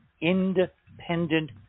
independent